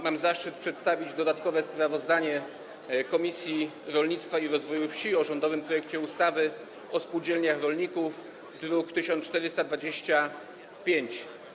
Mam zaszczyt przedstawić dodatkowe sprawozdanie Komisji Rolnictwa i Rozwoju Wsi o rządowym projekcie ustawy o spółdzielniach rolników, druk nr 1425.